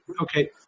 Okay